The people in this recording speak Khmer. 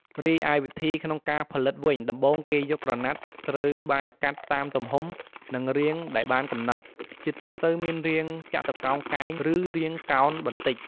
រីឯវិធីក្នុងការផលិតវិញ ដំបូងគេយកក្រណាត់ត្រូវបានកាត់តាមទំហំ និងរាងដែលបានកំណត់ ជាទូទៅមានរាងចតុកោណកែង ឬរាងកោងបន្តិច។